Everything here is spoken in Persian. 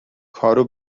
کارو